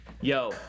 Yo